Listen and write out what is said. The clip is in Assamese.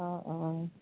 অঁ অঁ অঁ